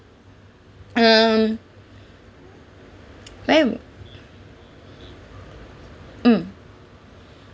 um where we mm